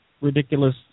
ridiculous